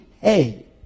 hey